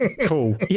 Cool